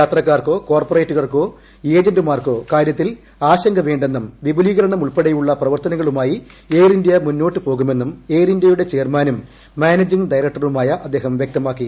യാത്രക്കാർക്കോ കോർപ്പറേറ്റുകൾക്കോ ഏജന്റുമാർക്കോ ഇക്കാര്യത്തിൽ ആശങ്ക വേണ്ടെന്നും വിപുലീകരണമുൾപ്പെടെയുള്ള പ്രവർത്തനങ്ങളുമായി എയർ ഇന്ത്യ മുന്നോട്ട് പോകുമെന്നും എയർ ഇന്ത്യയുടെ ചെയർമാനും മാനേജിംഗ്കൃ സ്കൃതറക്ടറുമായ അദ്ദേഹം വൃക്തമാക്കി